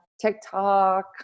tiktok